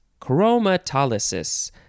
Chromatolysis